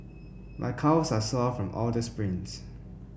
my calves are sore from all the sprints